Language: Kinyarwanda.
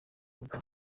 rugura